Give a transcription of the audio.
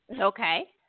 Okay